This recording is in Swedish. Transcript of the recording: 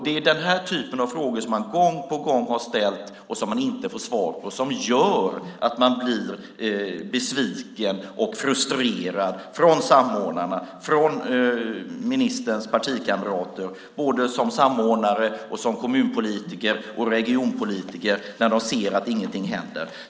Det är denna typ av frågor som de gång på gång har ställt och inte fått svar på som gör att samordnarna och ministerns partikamrater - både i egenskap av samordnare och kommun och regionpolitiker - blir besvikna och frustrerade. De ser att inget händer.